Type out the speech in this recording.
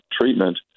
treatment